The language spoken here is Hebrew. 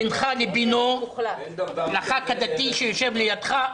בינך לבינו לח"כ הדתי שיושב לידך.